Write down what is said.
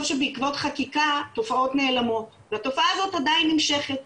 שבעקבות חקיקה תופעות נעלמות והתופעה הזו עדיין נמשכת.